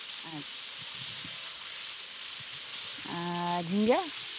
ᱟᱪᱪᱷᱟ ᱟᱨ ᱡᱷᱤᱸᱜᱟᱹ